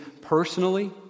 personally